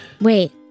Wait